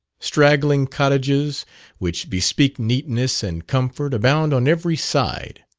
straggling cottages which bespeak neatness and comfort abound on every side.